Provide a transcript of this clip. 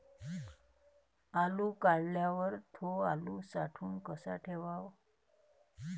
आलू काढल्यावर थो आलू साठवून कसा ठेवाव?